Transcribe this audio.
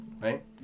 right